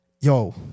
Yo